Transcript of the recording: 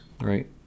Right